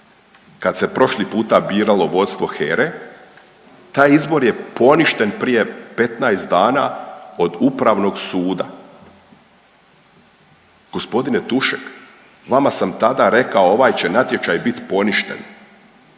kad se prošli puta biralo vodstvo HERE taj izbor je poništen prije 15 dana od Upravnog suda. Gospodine Tušek vama sam tada rekao ovaj će natječaj biti poništen,